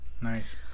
nice